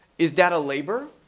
is data labor?